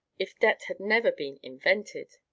if debt had never been invented!